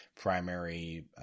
primary